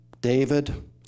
David